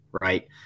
Right